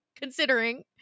considering